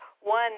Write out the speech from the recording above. One